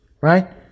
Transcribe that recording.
right